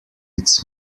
its